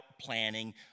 planning